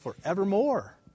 forevermore